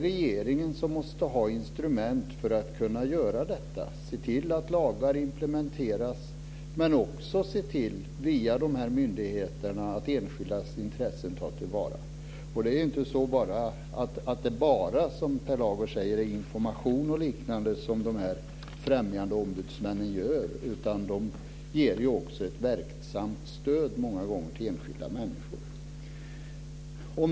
Regeringen måste ha instrument för att kunna göra detta; se till att lagar implementeras men också se till, via de här myndigheterna, att enskildas intressen tas till vara. Det är inte så att det, som Per Lager säger, bara är information och liknande som de här främjandeombudsmännen ägnar sig åt. De ger också många gånger ett verksamt stöd till enskilda människor.